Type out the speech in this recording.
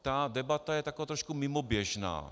Ta debata je tak trošku mimoběžná.